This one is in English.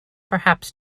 perhaps